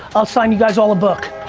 i'll sign you guys all a book.